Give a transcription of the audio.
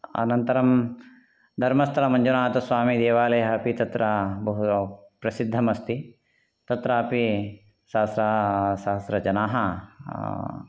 अनन्तरं धर्मस्थलमञ्जुनाथस्वामिदेवालयः अपि तत्र बहु प्रसिद्धमस्ति तत्रापि सहस्र सहस्रजनाः